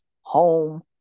home